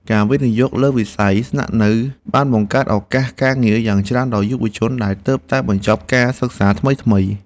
ការវិនិយោគលើវិស័យស្នាក់នៅបានបង្កើតឱកាសការងារយ៉ាងច្រើនដល់យុវជនដែលទើបតែបញ្ចប់ការសិក្សាថ្មីៗ។